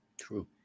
True